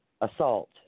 assault